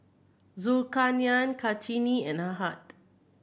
Zulkarnain Kartini and Ahad